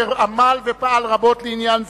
אשר עמל ופעל רבות לעניין זה,